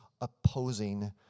opposing